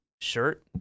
shirt